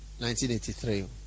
1983